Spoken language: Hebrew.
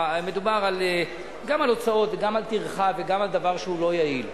מדובר גם על הוצאות וגם על טרחה וגם על דבר שהוא לא יעיל,